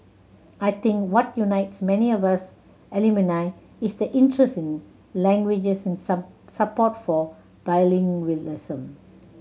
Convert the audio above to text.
I think what unites many of us alumni is the interest in languages and support for bilingualism